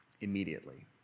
immediately